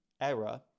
error